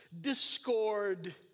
discord